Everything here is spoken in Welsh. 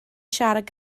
siarad